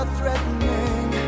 threatening